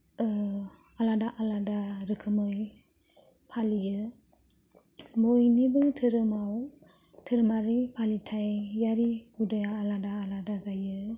आलादा आलादा रोखोमै फालियो बयनिबो धोरोमाव धोरोमारि फालिथायारि हुदाया आलादा आलादा जायो